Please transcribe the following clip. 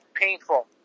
painful